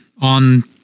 on